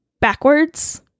backwards